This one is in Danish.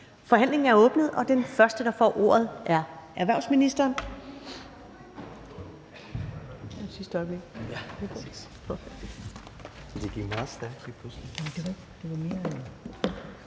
Forhandlingen er åbnet, og den første, der får ordet, er erhvervsministeren.